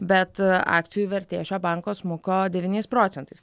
bet akcijų vertė šio banko smuko devyniais procentais